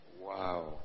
Wow